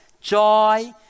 joy